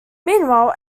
meanwhile